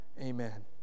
Amen